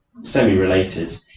semi-related